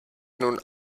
nun